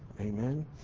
Amen